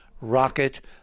rocket